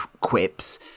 quips